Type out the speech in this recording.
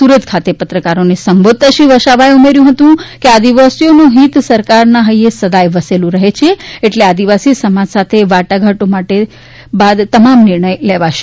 સુરત ખાતે પત્રકારોને સંબોધતા શ્રી વસાવાએ ઉમેર્થું હતું કે આદિવાસીઓનું હિત સરકારના હૈયે સદાય વસેલું રહે છે એટલે આદિવાસી સમાજ સાથે વાટાઘાટ વડે તમામ નિર્ણય લેવાશે